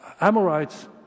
amorites